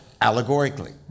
allegorically